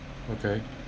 okay